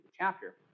chapter